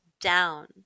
down